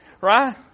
Right